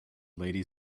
lady